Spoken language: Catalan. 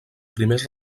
primers